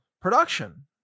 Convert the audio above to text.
production